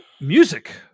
music